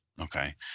Okay